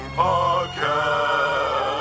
podcast